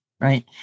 right